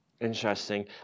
Interesting